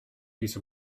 piece